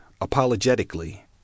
apologetically